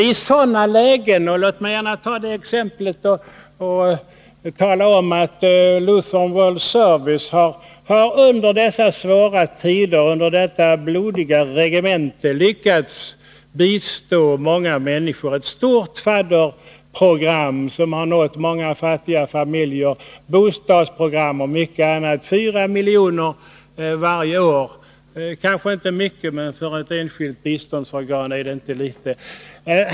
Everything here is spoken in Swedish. I sådana lägen är frivilligorganisationerna mycket betydelsefulla. Just i Etiopien har Luthern World Service under dessa svåra tider, med blodiga regementen, lyckats bistå stora grupper. Ett stort fadderprogram har genomförts, som har nått många fattiga familjer, likaså bostadsprogram och mycket annat. Det har rört sig om 4 milj.kr. varje år. Det låter kanske inte så mycket totalt sett men väl när det gäller ett enskilt biståndsorgan.